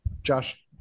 Josh